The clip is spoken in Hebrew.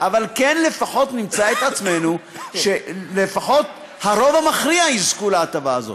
אבל לפחות נמצא את עצמנו שלפחות הרוב המכריע יזכו להטבה הזאת.